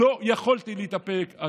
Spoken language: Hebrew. לא יכולתי להתאפק.